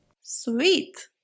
Sweet